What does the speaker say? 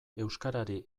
euskarari